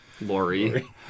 Lori